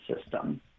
system